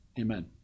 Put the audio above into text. Amen